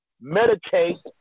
meditate